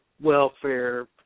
welfare